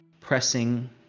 pressing